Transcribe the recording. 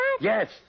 Yes